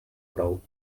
brou